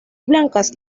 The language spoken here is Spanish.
blancas